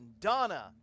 Donna